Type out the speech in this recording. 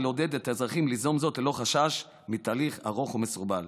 ולעודד את האזרחים ליזום זאת ללא חשש מתהליך ארוך ומסורבל.